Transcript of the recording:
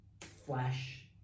flash